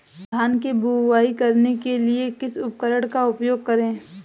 धान की बुवाई करने के लिए किस उपकरण का उपयोग करें?